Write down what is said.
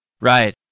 Right